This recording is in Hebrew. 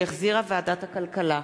שהחזירה ועדת הכלכלה,